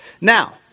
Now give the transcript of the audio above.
Now